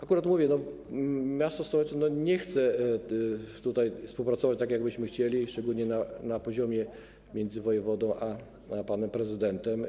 Akurat, jak mówię, miasto stołeczne nie chce tutaj współpracować tak, jak byśmy chcieli, szczególnie na płaszczyźnie między wojewodą a panem prezydentem.